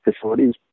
facilities